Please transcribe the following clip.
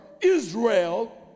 Israel